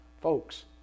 folks